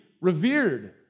revered